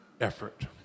effort